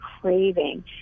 craving